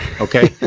Okay